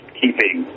keeping